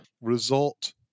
result